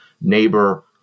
neighbor